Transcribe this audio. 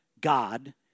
God